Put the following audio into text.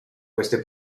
queste